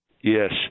yes